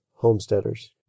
homesteaders